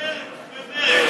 ומרצ.